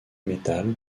métal